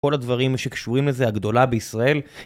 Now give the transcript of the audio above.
כל הדברים שקשורים לזה הגדולה בישראל.